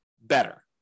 better